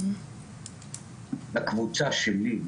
לקבוצה שלי,